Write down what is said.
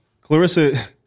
Clarissa